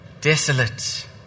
desolate